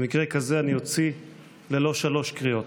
במקרה כזה אני אוציא ללא שלוש קריאות.